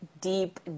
deep